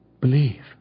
believe